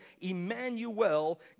Emmanuel